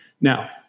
Now